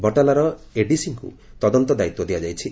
ବଟାଲାର ଏଡିସିଙ୍କୁ ତଦନ୍ତ ଦାୟିତ୍ୱ ଦିଆଯାଇଛି